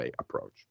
approach